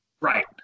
Right